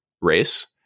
race